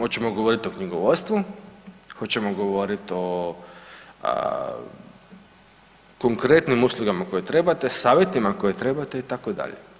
Hoćete, hoćemo govoriti o knjigovodstvu, hoćemo govoriti o konkretnim uslugama koje trebate, savjetima koje trebate, itd.